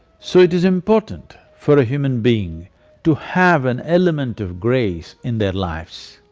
so it is important for a human being to have an element of grace in their lives.